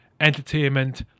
entertainment